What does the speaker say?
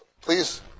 Please